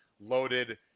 loaded